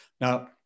Now